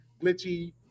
glitchy